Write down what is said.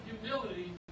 humility